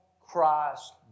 Christ